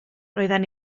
roedden